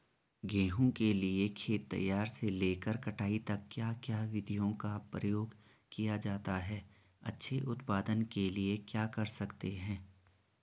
गेहूँ के लिए खेत तैयार से लेकर कटाई तक क्या क्या विधियों का प्रयोग किया जाता है अच्छे उत्पादन के लिए क्या कर सकते हैं?